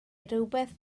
rywbeth